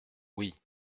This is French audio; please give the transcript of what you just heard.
oui